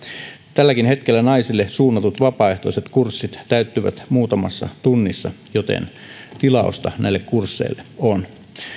tälläkin hetkellä naisille suunnatut vapaaehtoiset kurssit täyttyvät muutamassa tunnissa joten tilausta näille kursseille on